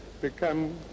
become